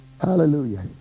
Hallelujah